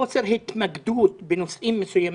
חוסר התמקדות בנושאים מסוימים.